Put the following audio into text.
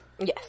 Yes